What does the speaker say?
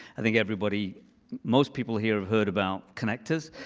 i think everybody most people here have heard about connectors.